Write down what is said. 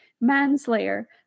Manslayer